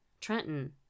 Trenton